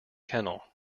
kennel